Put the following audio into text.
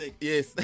Yes